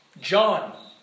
John